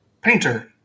painter